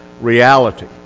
reality